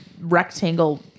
rectangle